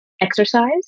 exercise